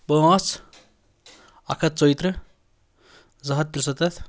پانٛژھ اَکھ ہَتھ ژۄیہِ تٕرٛہ زٕہَتھ تُرٛسَتَتھ